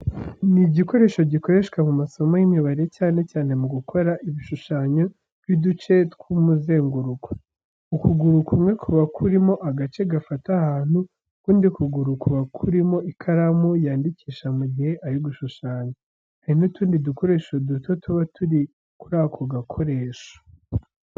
Ni igikoresho gikoreshwa mu masomo y'imibare cyane cyane mu gukora ibishushanyo by’uduce tw’umuzenguruko. Ukuguru kumwe kuba kurimo agace gafata ahantu, ukundi kuguru kuba kurimo ikaramu yandikisha mu gihe ari gushushanya. Hari n’utundi dukoresho duto tuba turi kuri ako gakoresho.